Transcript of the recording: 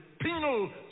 penal